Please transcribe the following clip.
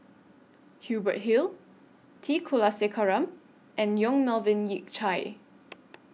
Hubert Hill T Kulasekaram and Yong Melvin Yik Chye